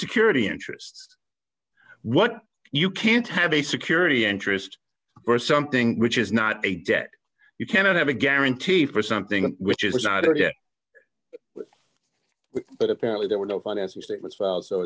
security interests what you can't have a security interest or something which is not a debt you cannot have a guarantee for something which is not a yes but apparently there were no financial statements